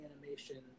animation